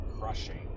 crushing